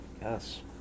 Yes